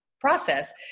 process